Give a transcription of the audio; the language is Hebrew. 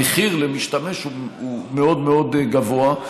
המחיר למשתמש מאוד מאוד גבוה,